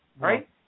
right